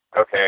okay